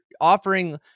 offering